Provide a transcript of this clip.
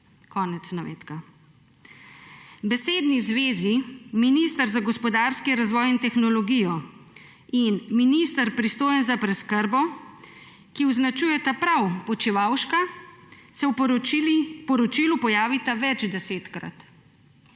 Konec navedka. Besedni zvezi minister za gospodarski razvoj in tehnologijo ter minister, pristojen za preskrbo, ki označujeta prav Počivalška, se v poročilu pojavita večdesetkrat.